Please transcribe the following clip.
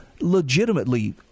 Legitimately